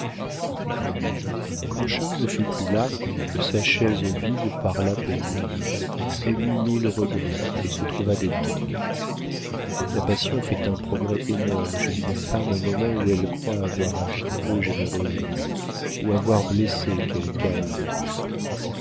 quand charles ne fut plus là que sa chaise vide parla pour lui elle eut mille regrets et se trouva des torts la passion fait un progrès énorme chez une femme au moment où elle croit avoir agi peu généreusement ou avoir blessé quelque âme noble